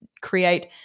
create